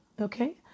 okay